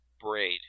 Braid